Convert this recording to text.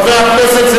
(קורא בשמות חברי הכנסת) אלי אפללו,